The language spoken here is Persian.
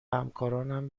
همکاران